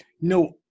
No